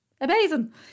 amazing